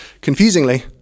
confusingly